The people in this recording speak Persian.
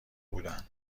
بودن